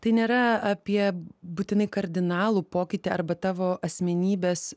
tai nėra apie būtinai kardinalų pokytį arba tavo asmenybės